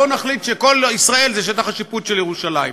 בואו נחליט שכל ישראל זה שטח השיפוט של ירושלים.